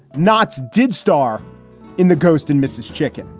knot's did star in the ghost and mrs. chicken.